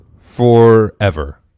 forever